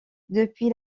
depuis